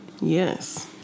Yes